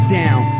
down